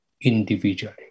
individually